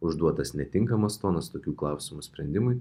užduotas netinkamas tonas tokių klausimų sprendimui